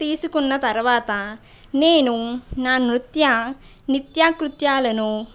తీసుకున్న తర్వాత నేను నా నృత్య నిత్యా కృత్యాలను